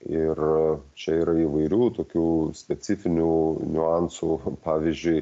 ir čia yra įvairių tokių specifinių niuansų pavyzdžiui